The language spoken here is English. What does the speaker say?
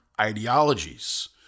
Ideologies